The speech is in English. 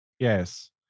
Yes